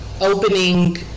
opening